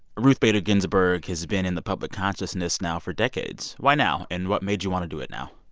ruth bader ginsburg has been in the public consciousness now for decades. why now, and what made you want to do it now?